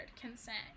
consent